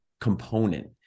component